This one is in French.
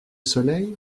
soleil